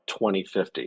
2050